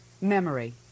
memory